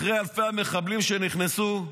אחרי אלפי המחבלים שנכנסו,